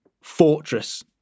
fortress